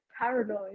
paranoid